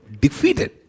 defeated